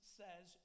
says